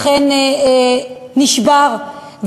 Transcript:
אכן נשבר,